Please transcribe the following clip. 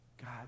God